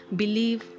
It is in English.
believe